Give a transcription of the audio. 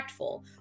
impactful